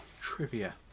Trivia